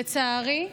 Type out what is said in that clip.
לצערי,